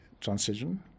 transition